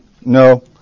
No